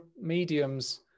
mediums